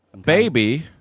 Baby